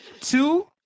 two